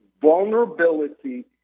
vulnerability